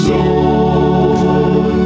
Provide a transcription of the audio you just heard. Lord